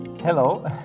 Hello